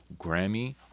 Grammy